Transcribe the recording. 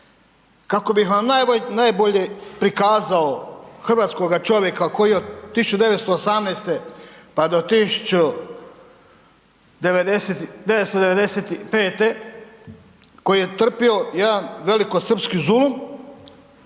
Kako bih vam najbolje prikazao hrvatskoga čovjeka koji je od 1918., pa do 1995. koji je trpio jedan velikosrpski zulum,